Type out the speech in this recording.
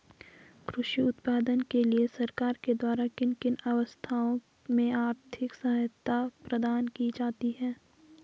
कृषि उत्पादन के लिए सरकार के द्वारा किन किन अवस्थाओं में आर्थिक सहायता प्रदान की जाती है?